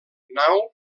nau